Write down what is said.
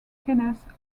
kenneth